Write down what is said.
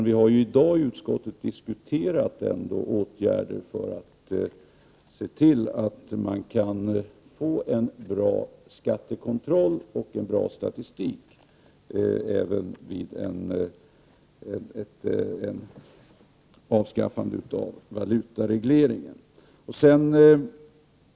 Vi har i dag i utskottet ändock diskuterat åtgärder för att se till att man kan få en bra skattekontroll och en bra statistik även vid ett avskaffande av valutaregleringen.